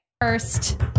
first